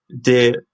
de